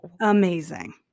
amazing